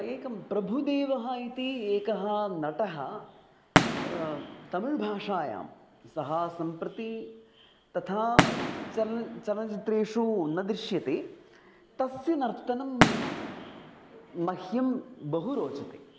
एकः प्रभुदेवः इति एकः नटः तमिळ् भाषायां सः सम्प्रति तथा चल्न् चलनचित्रेषु न दृश्यते तस्य नर्तनं मह्यं बहु रोचते